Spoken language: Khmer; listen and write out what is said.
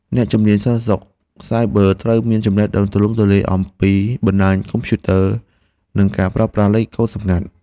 អ្នកជំនាញសន្តិសុខសាយប័រត្រូវមានចំណេះដឹងទូលំទូលាយអំពីបណ្តាញកុំព្យូទ័រ និងការប្រើប្រាស់លេខកូដសម្ងាត់។